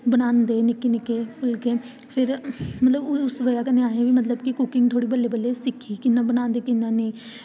बनांदे निक्के निक्के फुल्के ते फिर उस बेल्लै अस मतलब कि कुकिंग बल्लें बल्लें थोह्ड़ी थोह्ड़ी सिक्खी कि कियां बनांदे कियां नेईं